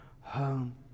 home